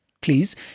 please